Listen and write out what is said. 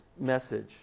message